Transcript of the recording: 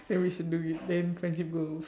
then we should do it then friendship goals